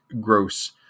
gross